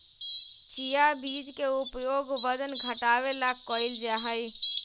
chia बीज के उपयोग वजन घटावे ला कइल जाहई